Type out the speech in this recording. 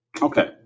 Okay